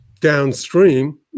downstream